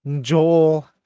Joel